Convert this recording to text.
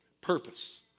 purpose